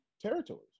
territories